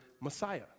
Messiah